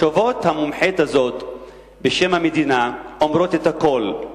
תשובות המומחית הזאת בשם המדינה אומרות את הכול.